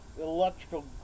electrical